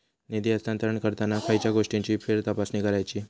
निधी हस्तांतरण करताना खयच्या गोष्टींची फेरतपासणी करायची?